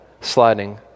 sliding